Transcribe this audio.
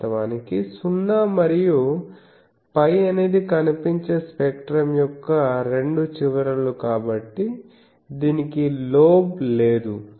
వాస్తవానికి 0 మరియు π అనేది కనిపించే స్పెక్ట్రం యొక్క రెండు చివరలు కాబట్టి దీనికి లోబ్ లేదు